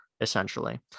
essentially